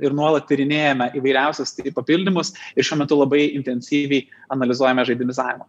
ir nuolat tyrinėjame įvairiausius papildymus ir šiuo metu labai intensyviai analizuojame žaidimizavimą